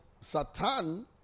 Satan